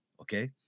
okay